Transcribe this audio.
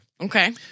Okay